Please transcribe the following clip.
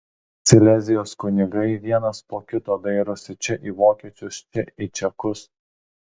silezijos kunigai vienas po kito dairosi čia į vokiečius čia į čekus